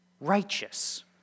righteous